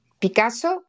Picasso